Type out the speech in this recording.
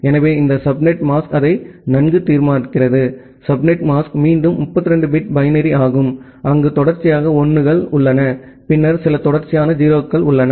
எனவே இந்த subnet mask அதை நன்கு தீர்மானிக்கிறது சப்நெட் மாஸ்க் மீண்டும் 32 பிட் பைனரி ஆகும் அங்கு தொடர்ச்சியாக 1 கள் உள்ளன பின்னர் சில தொடர்ச்சியான 0 கள் உள்ளன